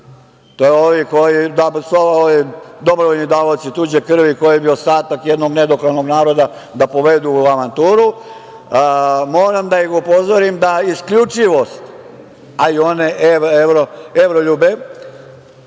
To su ovi dobrovoljni davaoci tuđe krvi, koji bi ostatak jednog nedoklanog naroda da povedu u avanturu, moram da ih upozorim da isključivost, a i one evroljube